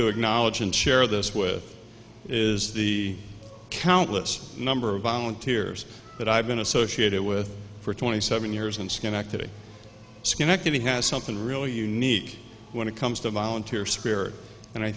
to acknowledge and share this with is the countless number of volunteers that i've been associated with for twenty seven years and schenectady schenectady has something really unique when it comes to volunteer spirit and i